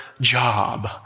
job